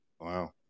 Wow